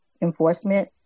enforcement